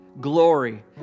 Glory